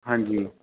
ਹਾਂਜੀ